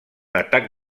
atac